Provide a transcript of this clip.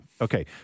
okay